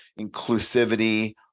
inclusivity